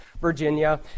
Virginia